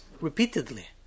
repeatedly